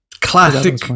Classic